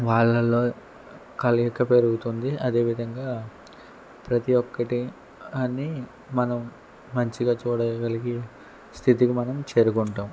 వాళ్ళల్లో కలయిక పెరుగుతుంది అదేవిధంగా ప్రతి ఒక్కటి అని మనం మంచిగా చూడగలిగి స్థితికి మనం చేరుకుంటాం